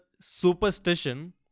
superstition